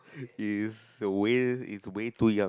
is way is way to young